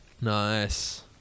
nice